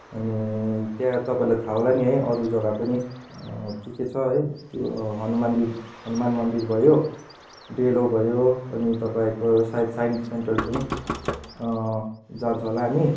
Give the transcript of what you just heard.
अनि त्यहाँ तपाईँलाई थाहा होला नि है अरू जग्गा पनि के के छ है त्यो हनुमान्दिर हनुमान मन्दिर भयो डेलो भयो अनि तपाईँको सायद साइन्स सेन्टर पनि जान्छौँ होला हामी